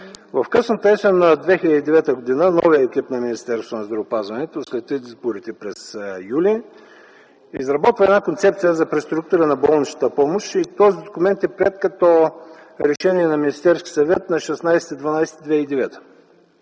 В късната есен на 2009 г. новият екип на Министерството на здравеопазването, след изборите през м. юли, изработва една концепция за преструктуриране на болничната помощ и този документ е приет като решение на Министерския съвет на 16